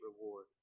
reward